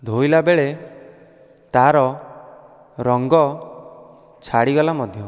ଧୋଇଲାବେଳେ ତା'ର ରଙ୍ଗ ଛାଡ଼ିଗଲା ମଧ୍ୟ